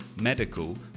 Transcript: medical